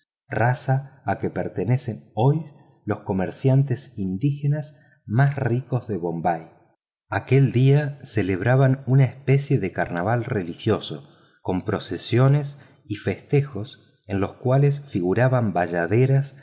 raza a que pertenecen hoy los comerciantes más ricos de bombay aquel día celebraban una especie de carnaval religioso con procesiones y festejos en los cuales figuraban bayaderas